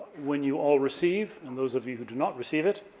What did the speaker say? when you all receive, and those of you who do not receive it,